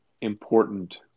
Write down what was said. important